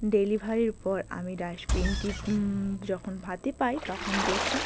ডেলিভারির পর আমি ডাস্টবিনটি যখন হাতে পাই তখন দেখি